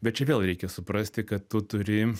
bet čia vėl reikia suprasti kad tu turi